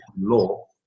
law